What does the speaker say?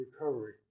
recovery